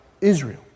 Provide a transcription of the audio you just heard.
Israel